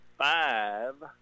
five